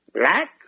Black